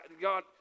God